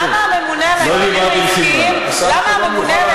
למה הממונה על ההגבלים העסקיים ואנשי